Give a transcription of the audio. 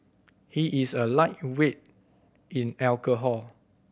he is a lightweight in alcohol